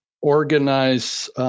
organize